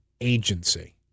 agency